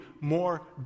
more